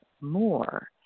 more